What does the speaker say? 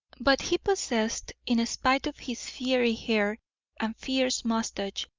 but he possessed, in spite of his fiery hair and fierce moustache,